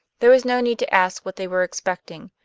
there was no need to ask what they were expecting.